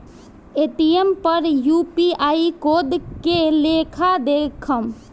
Paytm पर UPI code के लेखा देखम?